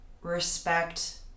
respect